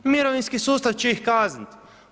Mirovinski sustav će ih kaznit.